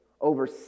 over